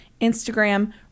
Instagram